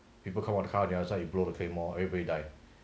people come out the car the other side you blow the claymore everybody died